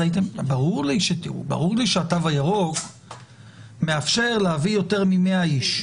ברור לי שהתו הירוק מאפשר להביא יותר מ-100 איש.